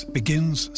begins